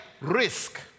risk